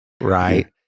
Right